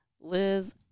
Liz